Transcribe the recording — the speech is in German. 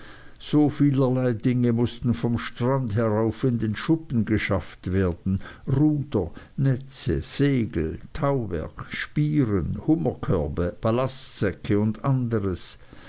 so vielerlei dinge mußten vom strande herauf in den schuppen geschafft werden ruder netze segel tauwerk spieren hummerkörbe ballastsäcke und anderes